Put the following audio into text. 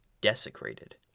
desecrated